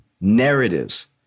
narratives